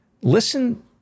Listen